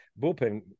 bullpen